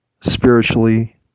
spiritually